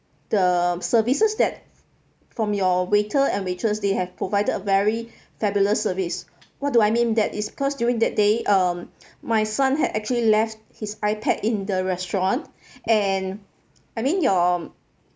the services that from your waiter and waitress they have provided a very fabulous service what do I mean that is because during that day um my son had actually left his ipad in the restaurant and I mean your